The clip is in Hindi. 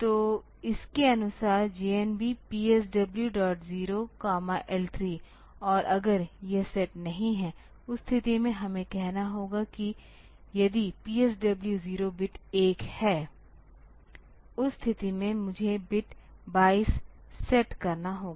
तो इसके अनुसार JNB PSW0 L3 और अगर यह सेट नहीं है उस स्थिति में हमें कहना होगा कि यदि PSW 0 बिट 1 है उस स्थिति में मुझे बिट 22 सेट करना होगा